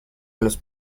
los